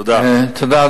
תודה.